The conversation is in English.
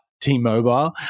t-mobile